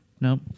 No